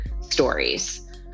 stories